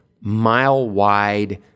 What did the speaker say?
mile-wide